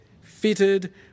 fitted